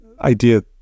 idea